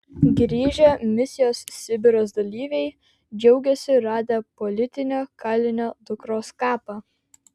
grįžę misijos sibiras dalyviai džiaugiasi radę politinio kalinio dukros kapą